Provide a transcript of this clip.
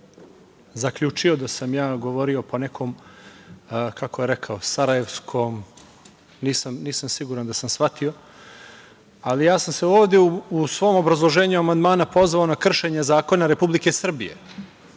govornik zaključio da sam ja govorio po nekom, kako je rekao, sarajevskom, nisam siguran da sam shvatio, ali ja sam se ovde u svom obrazloženju amandmana pozvao na kršenje zakona Republike Srbije